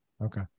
Okay